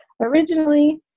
originally